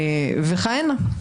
וכהנה.